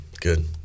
Good